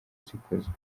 zikozwe